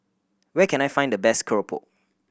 where can I find the best keropok